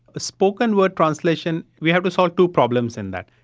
spoken word translation, we have to solve two problems in that.